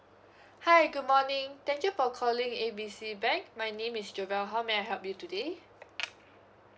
hi good morning thank you for calling A B C bank my name is joel how may I help you today